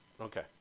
Okay